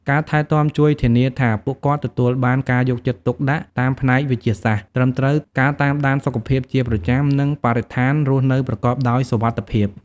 ការថែទាំជួយធានាថាពួកគាត់ទទួលបានការយកចិត្តទុកដាក់តាមផ្នែកវេជ្ជសាស្ត្រត្រឹមត្រូវ ការតាមដានសុខភាពជាប្រចាំ និងបរិស្ថានរស់នៅប្រកបដោយសុវត្ថិភាព។